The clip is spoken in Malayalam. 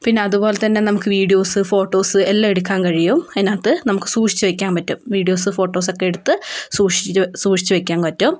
പിന്നെ അതുപോലെത്തന്നെ നമുക്ക് വീഡിയോസ് ഫോട്ടോസ് എല്ലാം എടുക്കാൻ കഴിയും അതിനകത്ത് നമുക്ക് സൂക്ഷിച്ചു വെക്കാൻ പറ്റും വീഡിയോസ് ഫോട്ടോസൊക്കെ എടുത്ത് സൂക്ഷിച്ച സൂക്ഷിച്ച് വെക്കാൻ പറ്റും